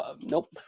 Nope